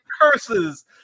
curses